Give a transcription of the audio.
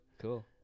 Cool